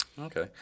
Okay